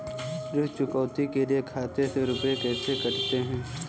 ऋण चुकौती के लिए खाते से रुपये कैसे कटते हैं?